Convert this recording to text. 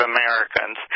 Americans